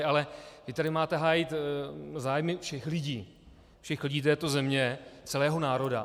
Ale vy tady máte hájit zájmy všech lidí, všech lidí této země, celého národa.